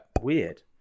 weird